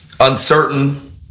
Uncertain